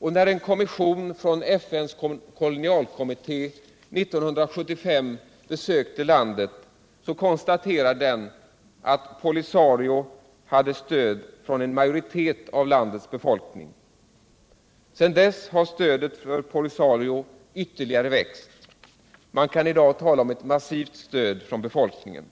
När en kommission från FN:s kolonialkommitté 1975 besökte landet konstaterade den att POLISARIO hade stöd av en majoritet av landets befolkning. Sedan dess har stödet till POLISARIO ytterligare växt, och man kan i dag tala om ett massivt stöd från befolkningen.